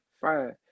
fine